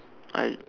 I